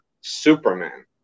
Superman